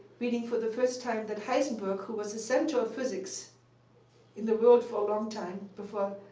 reading for the first time that heisenberg who was the center of physics in the world for a long time, before